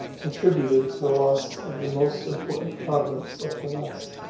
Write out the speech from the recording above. contributed to the loss of the most important province of the west.